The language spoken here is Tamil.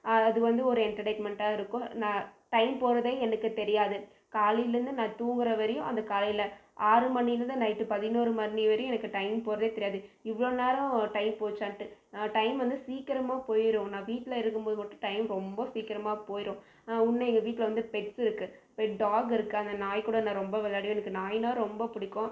அது வந்து ஒரு என்டர்டைன்மென்டாக இருக்கும் நான் டைம் போகிறதே எனக்கு தெரியாது காலையில் இருந்து நான் தூங்குகிற வரையும் அது காலையில் ஆறு மணிலேருந்து நைட் பதினோரு மணி வரையும் எனக்கு டைம் போகிறதே தெரியாது இவ்வளோ நேரம் டைம் போச்சான்ட்டு நான் டைம் வந்து சீக்கிரமா போய்டும் நான் வீட்டில் இருக்கும் போது மட்டும் டைம் ரொம்ப சீக்கிரமா போய்டும் இன்னும் எங்கள் வீட்டில் வந்து பெட்ஸ் இருக்குது பெட் டாக் இருக்குது அந்த நாய் கூட நான் ரொம்ப விளையாடுவேன் அந்த நாய்னால் ரொம்ப பிடிக்கும்